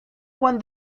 when